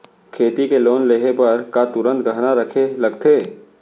खेती के लोन लेहे बर का तुरंत गहना रखे लगथे?